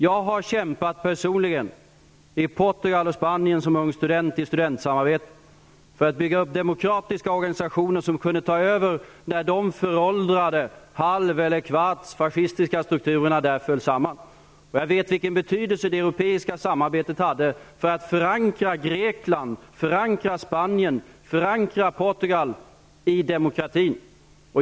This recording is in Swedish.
Jag har personligen som ung student kämpat i Portugal och Spanien i studentsamarbete för att bygga upp demokratiska organisationer som kunde ta över när de föråldrade halv ller kvartsfascistiska strukturerna där föll samman. Jag vet vilken betydelse det europeiska samarbetet hade för att förankra Grekland, Spanien och Portugal i demokratin.